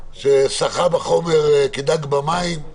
ששחה בחומר כדג במים,